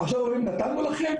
עכשיו אומרים נתנו לכם?